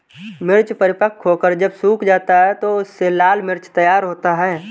मिर्च परिपक्व होकर जब सूख जाता है तो उससे लाल मिर्च तैयार होता है